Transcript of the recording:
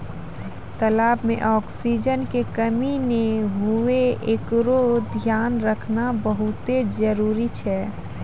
तलाब में ऑक्सीजन के कमी नै हुवे एकरोॅ धियान रखना बहुत्ते जरूरी छै